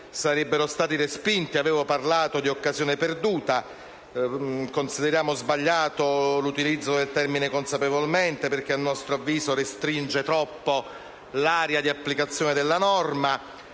sarebbero stati respinti, avevo parlato di occasione perduta. Consideriamo sbagliato l'utilizzo del termine «consapevolmente» perché - a nostro avviso - restringe troppo l'area di applicazione della norma.